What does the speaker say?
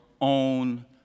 own